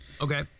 okay